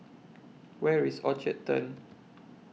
Where IS Orchard Turn